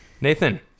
nathan